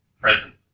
present